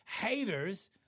Haters